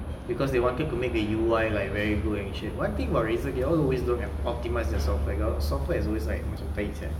because they wanted to make the U I like very good and shit one thing about Razer they all always don't op~ optimise their software their software is always macam tahi sia